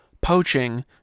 poaching